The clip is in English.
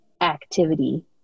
activity